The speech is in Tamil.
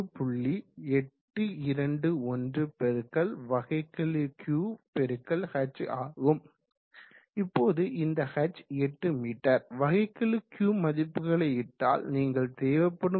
ஆகும் இப்போது இந்த h 8 மீட்டர் வகைக்கெழு Q மதிப்புகளை இட்டால் நீங்கள் தேவைப்படும் திறன் 5